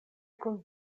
kun